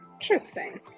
Interesting